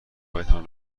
هایتان